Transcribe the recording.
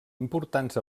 importants